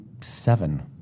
seven